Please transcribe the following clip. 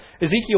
Ezekiel